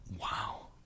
Wow